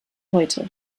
heute